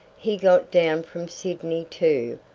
he got down from sydney, too,